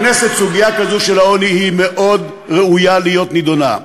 בכנסת סוגיה כזאת של העוני היא מאוד ראויה להיות נדונה.